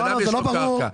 זה לא ברור.